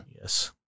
Yes